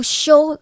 show